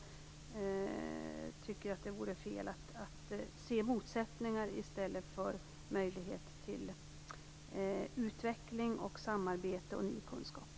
Jag tycker att det vore fel att se motsättningar i stället för att se möjligheter till utveckling, samarbete och ny kunskap.